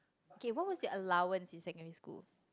okay what would your allowance in secondary school